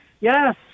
yes